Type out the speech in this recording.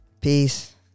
Peace